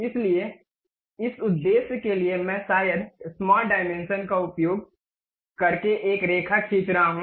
इसलिए इस उद्देश्य के लिए मैं शायद स्मार्ट डायमेंशन का उपयोग करके एक रेखा खींच रहा हूं